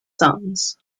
sons